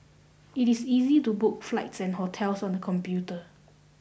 it is easy to book flights and hotels on the computer